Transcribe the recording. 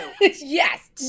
yes